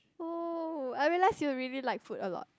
cool I realise you really like food a lot